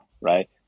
right